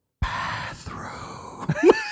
bathroom